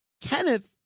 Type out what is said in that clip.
Kenneth